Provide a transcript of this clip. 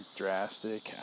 drastic